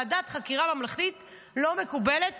ועדת חקירה ממלכתית לא מקובלת